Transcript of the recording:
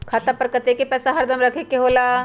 खाता पर कतेक पैसा हरदम रखखे के होला?